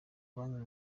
banki